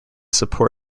support